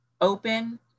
open